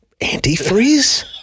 antifreeze